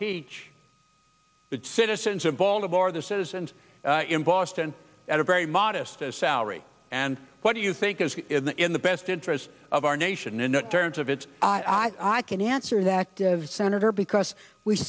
teach the citizens of baltimore the citizens in boston at a very modest a salary and what do you think is in the best interest of our nation in terms of its i can answer that senator because we